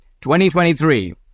2023